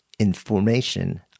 information